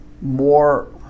more